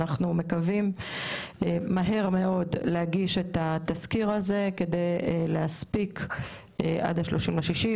אנחנו מקווים מהר מאוד להגיש את התסקיר כדי להספיק עד 30 ביוני,